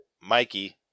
Mikey